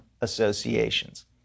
associations